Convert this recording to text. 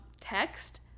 text